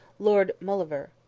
lord mauleverer.